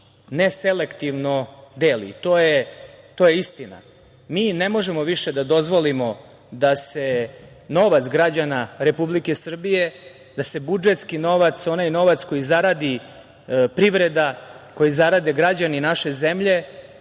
neselektivno deli. To je istina. Mi ne možemo više da dozvolimo da se novac građana Republike Srbije, da se budžetski novac, onaj novac koji zaradi privreda, koji zarade građani naše zemlje